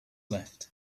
left